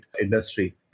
industry